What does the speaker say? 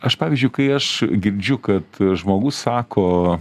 aš pavyzdžiui kai aš girdžiu kad žmogus sako